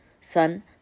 Son